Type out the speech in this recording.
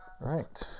Right